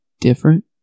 different